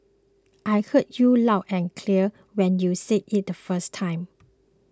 I heard you loud and clear when you said it the first time